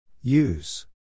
Use